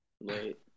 late